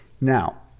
Now